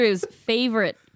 favorite